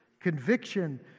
conviction